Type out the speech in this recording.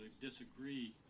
disagree